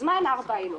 מה הן ארבע העילות?